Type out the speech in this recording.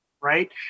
right